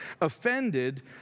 offended